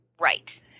Right